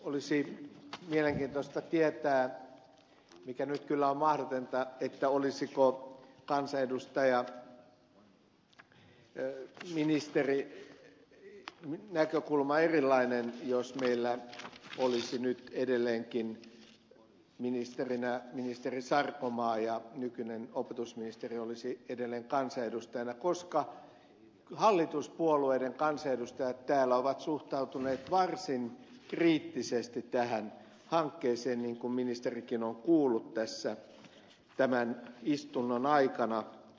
olisi mielenkiintoista tietää mikä nyt kyllä on mahdotonta olisiko ministerin näkökulma erilainen jos meillä olisi nyt edelleenkin ministerinä ministeri sarkomaa ja nykyinen opetusministeri olisi edelleen kansanedustajana koska hallituspuolueiden kansanedustajat täällä ovat suhtautuneet varsin kriittisesti tähän hankkeeseen niin kuin ministerikin on kuullut tämän istunnon aikana